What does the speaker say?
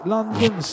London